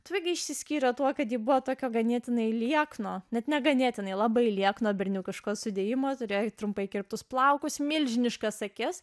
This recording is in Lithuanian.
taigi išsiskiria tuo kad ji buvo tokio ganėtinai liekno bet neganėtinai labai liekno berniukiško sudėjimo turėjo trumpai kirptus plaukus milžiniškas akis